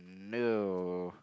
no